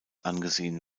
angesehen